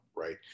right